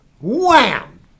wham